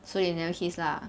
so you never kiss lah